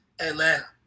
Atlanta